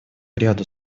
ряду